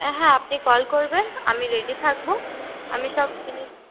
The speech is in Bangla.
হ্যাঁ আপনি কল করবেন আমি রেডি থাকব আমি সব জিনিস